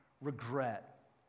Regret